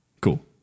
Cool